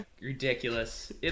ridiculous